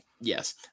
Yes